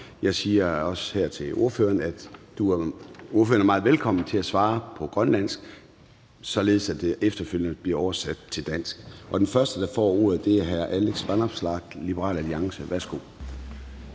jeg siger også her til ordføreren, at ordføreren er meget velkommen til at svare på grønlandsk, såfremt det efterfølgende bliver oversat til dansk. Den første, der får ordet, er hr. Alex Vanopslagh, Liberal Alliance. Værsgo.